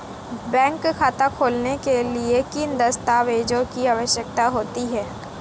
Bank खाता खोलने के लिए किन दस्तावेज़ों की आवश्यकता होती है?